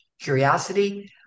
curiosity